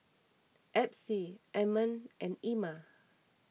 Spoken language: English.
Epsie Ammon and Ima